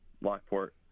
Lockport